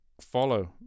follow